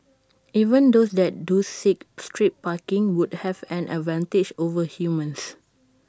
even those that do seek street parking would have an advantage over humans